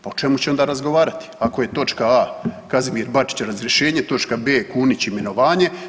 Pa o čemu će onda razgovarati ako je točka a) Kazimir Bačić razrješenje, točka b) Kunić imenovanje?